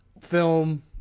film